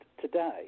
today